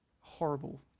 Horrible